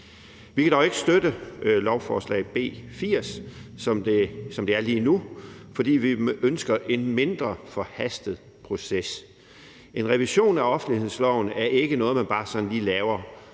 Vi kan dog ikke støtte beslutningsforslaget B 80, som det er lige nu, for vi ønsker en mindre forhastet proces. En revision af offentlighedsloven er ikke noget, man bare sådan lige laver,